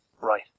Right